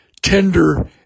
tender